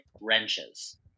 wrenches